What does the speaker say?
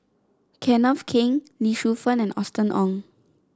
Kenneth Keng Lee Shu Fen and Austen Ong